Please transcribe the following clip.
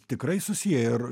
tikrai susiję ir